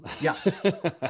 Yes